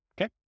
okay